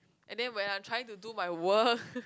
and then when I'm trying to do my work